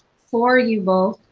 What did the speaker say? for you both,